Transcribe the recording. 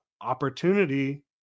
opportunity